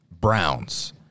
Browns